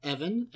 Evan